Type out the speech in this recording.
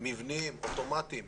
מבניים אוטומטים.